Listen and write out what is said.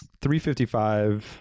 355